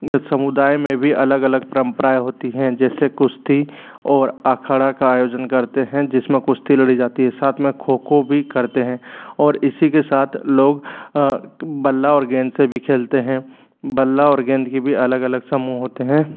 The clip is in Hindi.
समुदाय में भी अलग अलग परंपराएं होती हैं जैसे कुश्ती ओर अखाड़ा का आयोजन करते हैं जिसमें कुश्ती लड़ी जाती है साथ में खो खो भी करते हैं और इसी के साथ लोग बल्ला और गेंद से भी खेलते हैं बल्ला और गेंद के भी अलग अलग समूह होते हैं